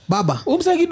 Baba